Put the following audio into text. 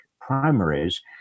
primaries